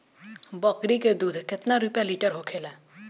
बकड़ी के दूध केतना रुपया लीटर होखेला?